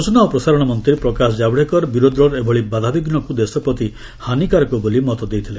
ସୂଚନା ଓ ପ୍ରସାରଣ ମନ୍ତ୍ରୀ ପ୍ରକାଶ ଜାଭଡେକର ବିରୋଧୀ ଦଳର ଏଭଳି ବାଧାବିଘୁକୁ ଦେଶପ୍ରତି ହାନିକାରକ ବୋଲି ମତ ଦେଇଥିଲେ